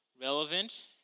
relevant